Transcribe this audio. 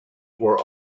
were